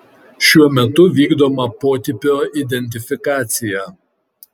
šiuo metu vykdoma potipio identifikacija